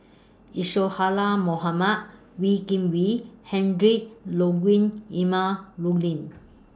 Isadhora Mohamed Wee Kim Wee Ludwig Emil Luering